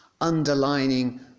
underlining